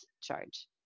charge